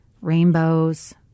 rainbows